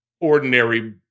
ordinary